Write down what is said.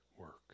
work